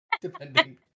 depending